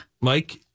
Mike